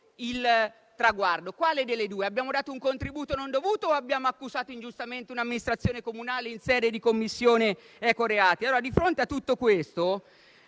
il traguardo. Delle due l'una: abbiamo dato un contributo non dovuto o abbiamo accusato ingiustamente un'amministrazione comunale in sede di Commissione sugli ecoreati? Di fronte a tutto questo,